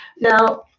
Now